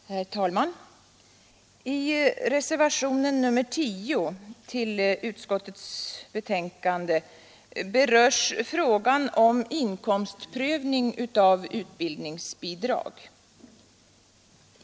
Herr talman! I reservationen 10 vid utskottets betänkande berörs frågan om inkomstprövning av utbildningsbidrag.